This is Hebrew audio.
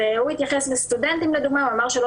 ורועי התייחס לסטודנטים לדוגמה ואמר שלא